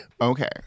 Okay